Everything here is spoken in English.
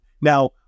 Now